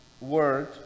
word